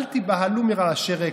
אל תיבהלו מרעשי רקע.